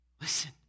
Listen